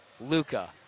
Luca